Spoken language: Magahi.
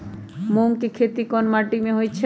मूँग के खेती कौन मीटी मे होईछ?